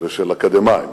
ושל אקדמאים,